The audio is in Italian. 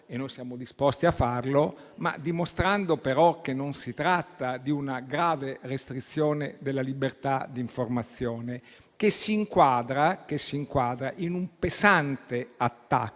e noi siamo disposti a farlo - dimostrando però che non si tratta di una grave restrizione della libertà di informazione, che si inquadra in un pesante attacco